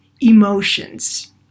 emotions